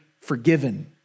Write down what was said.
forgiven